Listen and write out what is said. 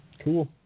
Cool